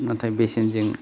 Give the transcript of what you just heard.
नाथाय बेसेनजों